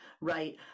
right